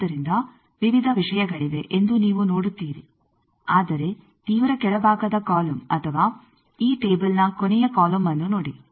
ಆದ್ದರಿಂದ ವಿವಿಧ ವಿಷಯಗಳಿವೆ ಎಂದು ನೀವು ನೋಡುತ್ತೀರಿ ಆದರೆ ತೀವ್ರ ಕೆಳಭಾಗದ ಕಾಲಮ್ ಅಥವಾ ಈ ಟೇಬಲ್ನ ಕೊನೆಯ ಕಾಲಮ್ಅನ್ನು ನೋಡಿ